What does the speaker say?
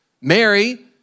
Mary